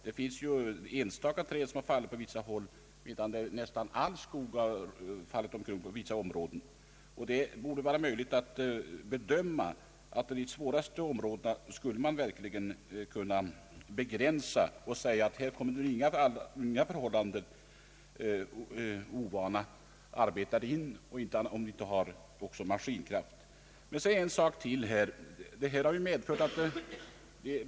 På vissa håll har bara enstaka träd fallit, medan i andra områden nästan all skog fallit omkull. Det borde vara möjligt att bedöma vilka områden som är svårast drabbade och där begränsa vindfällshuggningen så att under inga förhållanden ovana arbetare sätts in. I sådana områden är det också nödvändigt med maskinkraft. Jag vill framhålla ytterligare en sak.